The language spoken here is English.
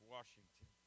Washington